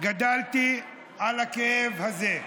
גדלתי על הכאב הזה.